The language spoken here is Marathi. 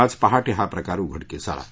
आज पहाटे हा प्रकार उघडकीला आला